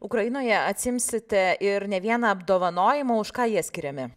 ukrainoje atsiimsite ir ne vieną apdovanojimą už ką jie skiriami